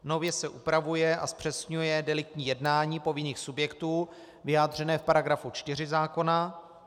Nově se upravuje a zpřesňuje deliktní jednání povinných subjektů vyjádřené v § 4 zákona.